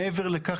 מעבר לכך,